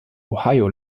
ohio